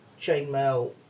Chainmail